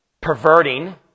perverting